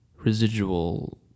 residual